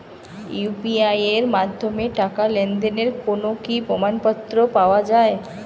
UPI এর মাধ্যমে টাকা লেনদেনের কোন কি প্রমাণপত্র পাওয়া য়ায়?